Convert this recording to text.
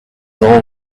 all